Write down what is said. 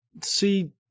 see